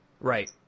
right